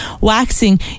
waxing